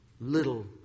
little